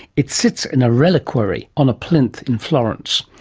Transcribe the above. it sits in a reliquary on a plinth in florence.